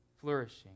flourishing